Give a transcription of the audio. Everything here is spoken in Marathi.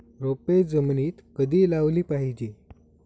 रोपे जमिनीत कधी लावली पाहिजे?